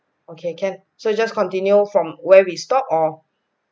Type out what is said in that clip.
okay can so just continue from where we stopped or